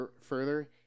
further